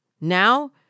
Now